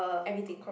everything